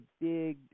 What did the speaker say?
big